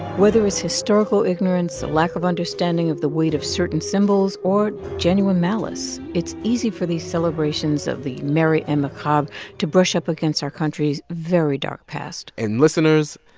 whether it was historical ignorance or lack of understanding of the weight of certain symbols or genuine malice, it's easy for these celebrations of the merry and macabre to brush up against our country's very dark past and, listeners,